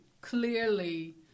clearly